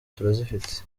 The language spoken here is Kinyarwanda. turazifite